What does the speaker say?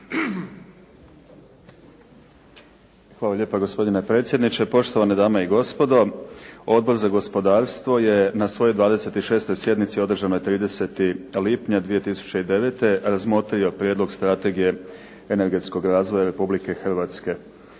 Hvala lijepa. Gospodine predsjedniče, poštovane dame i gospodo. Odbor za gospodarstvo je na svojoj 26. sjednici održanoj 30. lipnja 2009. razmotrio Prijedlog strategije energetskog razvoja Republike Hrvatske.